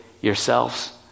yourselves